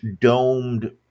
domed